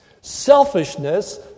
Selfishness